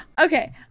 Okay